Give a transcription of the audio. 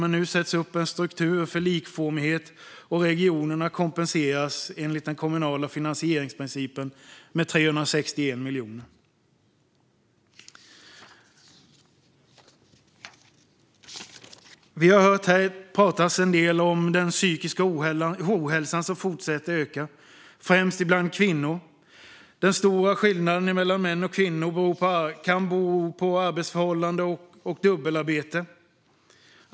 Men nu sätts det upp en struktur för likformighet, och regionerna kompenseras enligt den kommunala finansieringsprincipen med 361 miljoner. Vi har hört att det har talats en del här om den psykiska ohälsan. Den fortsätter att öka, främst bland kvinnor. Den stora skillnaden mellan män och kvinnor när det gäller detta kan bero på arbetsförhållanden och dubbelarbete.